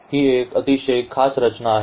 ही एक अतिशय खास रचना आहे